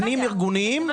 הפנים ארגוניים -- אין בעיה,